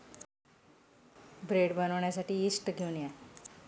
bread बनवण्यासाठी yeast घेऊन या